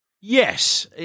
Yes